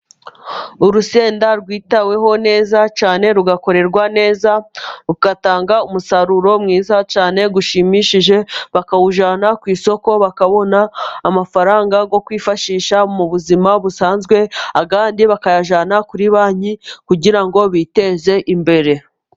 Urusenda rwitaweho neza cyane, rugakorerwa neza, rugatanga umusaruro mwiza cyane, ushimishije. Bakawujyana ku isoko, bakabona amafaranga yo kwifashisha mu buzima busanzwe. Ayandi bakayajyana kuri banki kugira ngo biteze imbere.